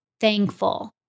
thankful